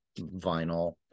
vinyl